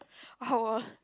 our